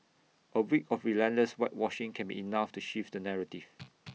A week of relentless whitewashing can be enough to shift the narrative